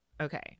okay